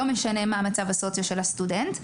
לא משנה מה המצב הסוציו-אקונומי של הסטודנט,